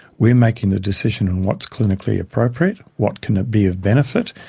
we are making the decision on what is clinically appropriate, what can be of benefit,